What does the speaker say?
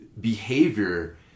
behavior